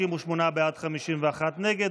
38 בעד, 51 נגד.